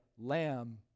lamb